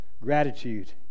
gratitude